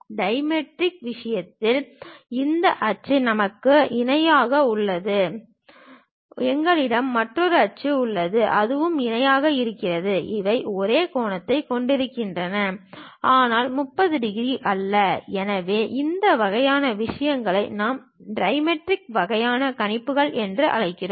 dimetric விஷயத்தில் இந்த அச்சு நமக்கு இணையாக உள்ளது எங்களிடம் மற்றொரு அச்சு உள்ளது அதுவும் இணையாக இருக்கிறது இவை ஒரே கோணத்தைக் கொண்டிருக்கின்றன ஆனால் 30 டிகிரி அல்ல எனவே இந்த வகையான விஷயங்களை நாம் டைமெட்ரிக் வகையான கணிப்புகள் என்று அழைக்கிறோம்